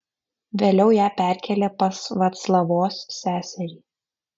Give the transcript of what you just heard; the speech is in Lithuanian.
vėliau ją perkėlė pas vaclavos seserį